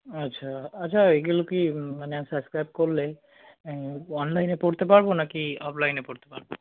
আচ্ছা আচ্ছা এগুলো কি মানে সাবস্ক্রাইব করলে অনলাইনে পড়তে পারব না কি অফলাইনে পড়তে পারব